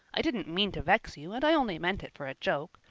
i didn't mean to vex you and i only meant it for a joke.